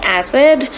acid